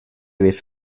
ves